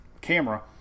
camera